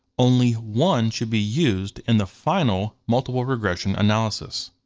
only one should be used in the final multiple regression analysis.